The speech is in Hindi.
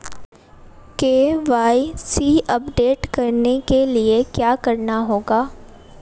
के.वाई.सी अपडेट करने के लिए क्या करना होगा?